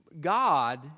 God